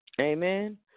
Amen